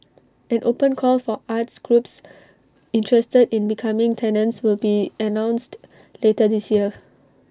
an open call for arts groups interested in becoming tenants will be announced later this year